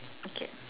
okay